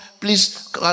please